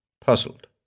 puzzled